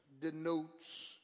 denotes